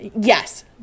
Yes